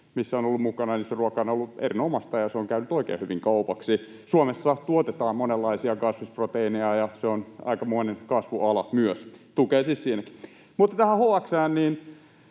se ruoka on ollut erinomaista ja se on käynyt oikein hyvin kaupaksi. Suomessa tuotetaan monenlaisia kasviproteiineja, ja se on aikamoinen kasvuala myös, tukee siis siinäkin. Mutta tähän HX:ään.